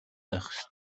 байх